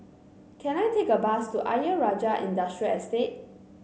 can I take a bus to Ayer Rajah Industrial Estate